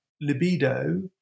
libido